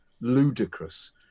ludicrous